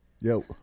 Yo